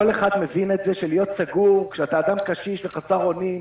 כל אחד מבין שלהיות סגור כשאתה אדם קשיש וחסר אונים,